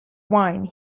wine